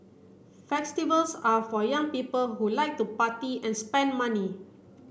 festivals are for young people who like to party and spend money